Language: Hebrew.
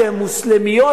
מוסלמיות,